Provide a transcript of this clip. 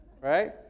Right